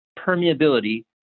permeability